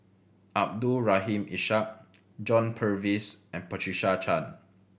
Abdul Rahim Ishak John Purvis and Patricia Chan